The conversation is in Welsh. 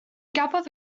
gafodd